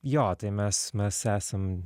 jo tai mes mes esam